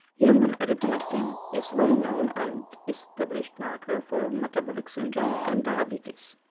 human adiponectin is well-known and established marker for metabolic syndrome and diabetes.